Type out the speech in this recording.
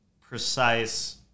precise